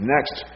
Next